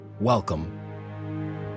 Welcome